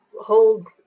hold